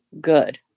good